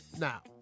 Now